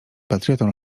patriotą